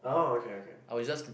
oh okay okay